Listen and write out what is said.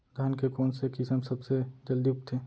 धान के कोन से किसम सबसे जलदी उगथे?